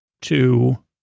two